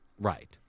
Right